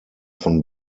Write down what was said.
von